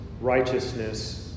righteousness